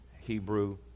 Hebrew